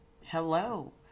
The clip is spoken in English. Hello